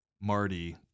Marty